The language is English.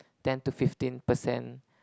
ten to fifteen percent